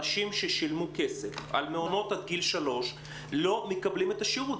אנשים ששילמו כסף על מעונות עד גיל שלוש לא מקבלים את השירות.